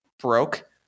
broke